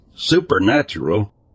supernatural